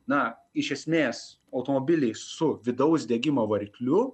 na iš esmės automobiliai su vidaus degimo varikliu